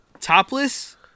topless